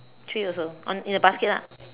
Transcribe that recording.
three also on in the basket lah